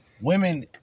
women